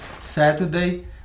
Saturday